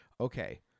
okay